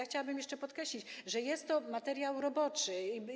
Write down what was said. Chciałabym jeszcze podkreślić, że jest to materiał roboczy.